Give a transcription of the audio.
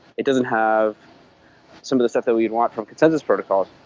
it doesn't have some of the steps that we want from consensus protocols.